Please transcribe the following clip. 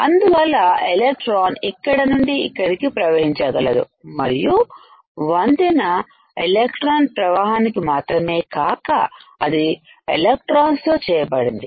అందువల్ల ఎలక్ట్రాన్ ఇక్కడ నుండి ఇక్కడికి ప్రవహించగలదు మరియు వంతెన ఎలక్ట్రాన్ల ప్రవాహానికి మాత్రమే కాక అది ఎలక్ట్రాన్స్ తో చేయబడింది